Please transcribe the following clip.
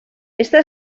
està